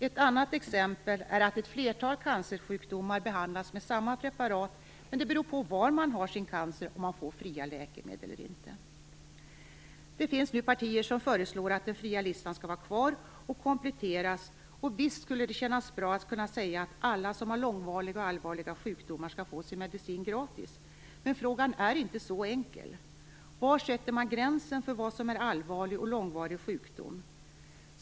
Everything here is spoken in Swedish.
Ett annat exempel är det flertal cancersjuka som behandlas med samma preparat, men där det beror på var man har cancer om man får fria läkemedel eller inte. Det finns nu partier som föreslår att den fria listan skall finnas kvar och kompletteras, och visst skulle det kännas bra att kunna säga att alla som har långvariga och allvarliga sjukdomar skall få sin medicin gratis. Men frågan är inte så enkel. Var sätter man gränsen för vad som är allvarlig och långvarig sjukdom?